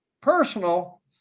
personal